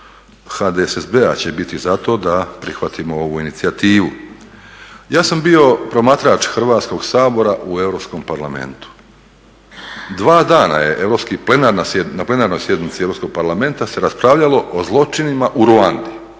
HDSSB-a će biti za to da prihvatimo ovu inicijativu. Ja sam bio promatrač Hrvatskog sabora u Europskom parlamentu. Dva dana je na plenarnoj sjednici Europskog parlamenta se raspravljalo o zločinima u Ruandi,